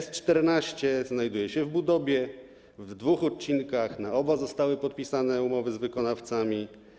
S14 znajduje się w budowie, w dwóch odcinkach, na oba zostały podpisane umowy z wykonawcami.